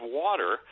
water